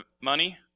money